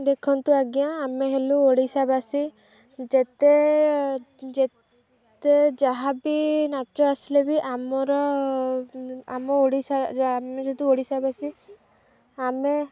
ଦେଖନ୍ତୁ ଆଜ୍ଞା ଆମେ ହେଲୁ ଓଡ଼ିଶାବାସୀ ଯେତେ ଯେତେ ଯାହାବି ନାଚ ଆସିଲେ ବି ଆମର ଆମ ଓଡ଼ିଶା ଆମେ ଯେହତୁ ଓଡ଼ିଶାବାସୀ ଆମେ